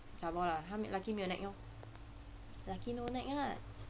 zhabor lah lucky 没有 nag lor lucky no nag ah